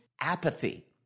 Apathy